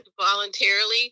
voluntarily